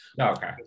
Okay